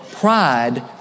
Pride